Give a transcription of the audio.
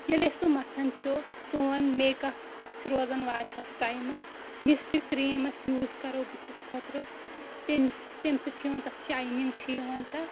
ییٚلہِ أسۍ سُہ مَتھان چھُ سون میک اپ چھُ روزَان واریاہَس ٹایمَس یۄس تہِ کرٛیٖم أسۍ یوٗز کَرو بٕتھِس خٲطرٕ تٔمسٕ تمہِ سۭتۍ چھِ یِوان تَتھ شَینِنٛگ چھِ یِوان تَتھ